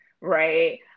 right